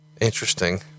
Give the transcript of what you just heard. Interesting